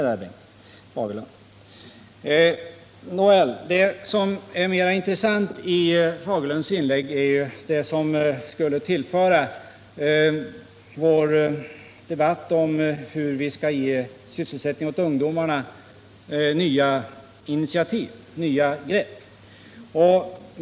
Nåväl, vad som är mera intressant i herr Fagerlunds inlägg är det som skulle tillföra debatten om hur vi skall ge sysselsättning åt ungdomarna nya initiativ, nya grepp.